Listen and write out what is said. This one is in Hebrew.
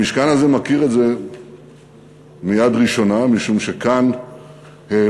המשכן הזה מכיר את זה מיד ראשונה, משום שכאן העלו